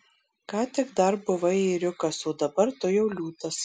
ką tik dar buvai ėriukas o dabar tu jau liūtas